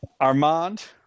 Armand